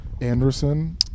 Anderson